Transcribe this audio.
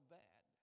bad